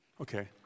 Okay